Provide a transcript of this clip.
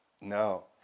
No